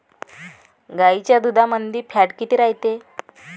गाईच्या दुधामंदी फॅट किती रायते?